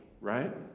right